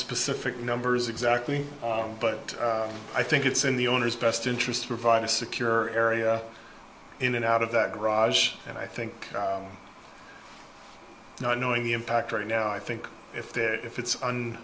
specific numbers exactly but i think it's in the owner's best interest to provide a secure area in and out of that garage and i think not knowing the impact right now i think if they're if it's on